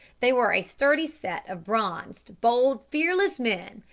they were a sturdy set of bronzed, bold, fearless men,